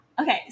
Okay